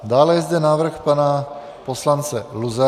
Dále je zde návrh pana poslance Luzara.